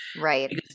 Right